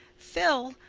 phil,